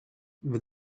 with